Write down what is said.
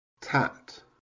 tat